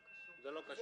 לא, זה לא קשור.